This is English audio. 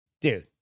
Dude